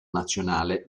nazionale